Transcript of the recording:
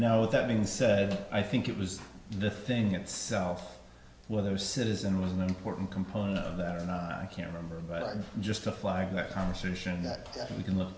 now with that being said i think it was the thing itself whether citizen was an important component of that or not i can remember but i'm just applying that conversation that we can look